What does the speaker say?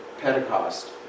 Pentecost